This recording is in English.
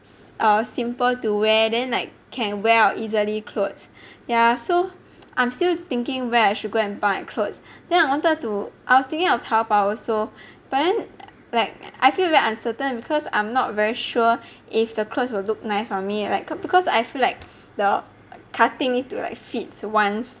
it's err simple to wear then like can wear out easily clothes ya so I'm still thinking where I should go and buy clothes then I wanted to I was thinking of Taobao also but then like I feel very uncertain because I'm not very sure if the clothes will look nice on me like cause because I feel like the cutting need to like fit one's